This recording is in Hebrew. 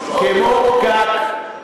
כמו פקק,